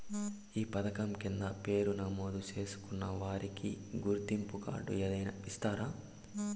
ఈ పథకం కింద పేరు నమోదు చేసుకున్న వారికి గుర్తింపు కార్డు ఏదైనా ఇస్తారా?